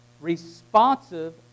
responsive